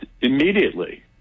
immediately